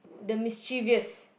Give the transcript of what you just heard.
the mischievous